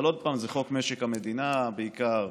אבל עוד פעם, זה חוק משק המדינה, בעיקר,